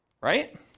right